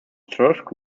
thirsk